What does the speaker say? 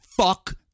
fuck